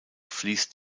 fliesst